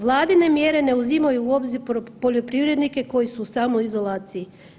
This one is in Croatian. Vladine mjere ne uzimaju u obzir poljoprivrednike koji su u samoizolaciji.